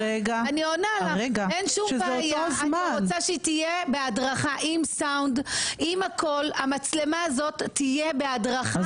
אני רוצה שהיא תעבור הדרכה על המצלמות, אני